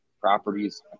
properties